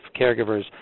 caregivers